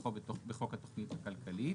כנוסחו בחוק התכנית הכלכלית,